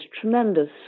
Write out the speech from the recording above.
tremendous